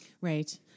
Right